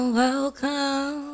welcome